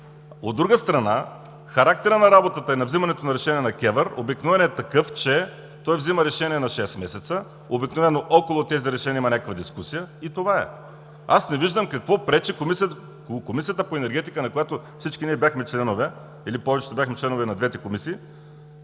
От друга страна, характерът на работата и на взимането на решения на КЕВР обикновено е такъв, че взима решения на шест месеца, обикновено около тези решения има някаква дискусия и това е. Аз не виждам какво пречи към Комисията по енергетика, на която всички ние бяхме членове или повечето бяхме членове и на двете комисии,